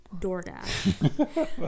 doordash